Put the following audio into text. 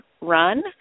run